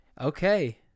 okay